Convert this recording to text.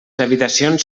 habitacions